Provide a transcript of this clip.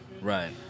Right